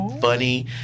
funny